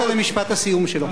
שאתה מדבר אז נכנסתי.